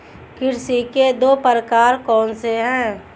कृषि के दो प्रकार कौन से हैं?